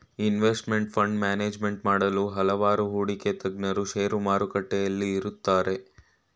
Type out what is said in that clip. investment fund management ಮಾಡಲು ಹಲವಾರು ಹೂಡಿಕೆ ತಜ್ಞರು ಶೇರು ಮಾರುಕಟ್ಟೆಯಲ್ಲಿ ಇರುತ್ತಾರೆ